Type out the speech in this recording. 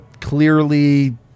Clearly